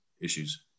issues